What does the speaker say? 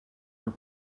were